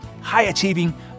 high-achieving